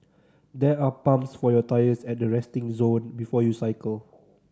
there are pumps for your tyres at the resting zone before you cycle